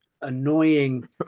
annoying